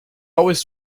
always